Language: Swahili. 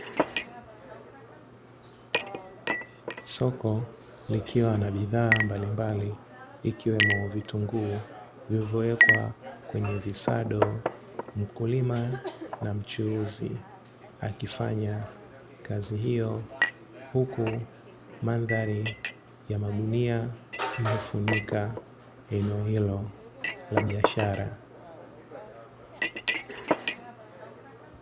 Soko likiwa na bidhaa mbalimbali ikiwemo vitunguu vilivyowekwa kwenye visado, mkulima na mchuuzi akifanya kazi hiyo huku mandhari ya magunia iliyofunika eneo hilo la biashara.